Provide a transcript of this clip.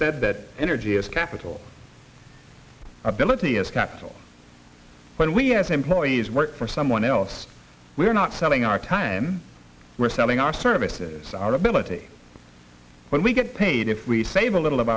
said that energy is capital ability is capital when we as employees work for someone else we're not selling our time we're selling our services our ability when we get paid if we save a little of